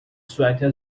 suéter